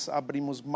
abrimos